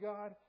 God